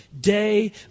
Day